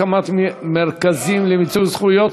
הקמת מרכזים למיצוי זכויות),